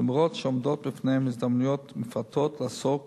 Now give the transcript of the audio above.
אף שעומדות בפניהם הזדמנויות מפתות לעסוק